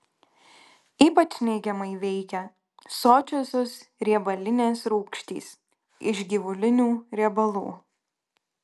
ypač neigiamai veikia sočiosios riebalinės rūgštys iš gyvulinių riebalų